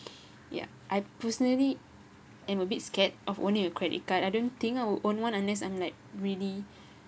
yeah I personally am a bit scared of owning a credit card I don't think I'll own one unless I'm like really